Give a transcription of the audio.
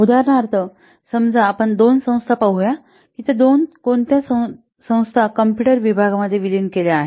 उदाहरणार्थ समजा आपण दोन संस्था पाहूया की त्या कोणत्या दोन संस्था कॉम्पुटर विभागांमध्ये विलीन केल्या आहेत